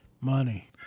Money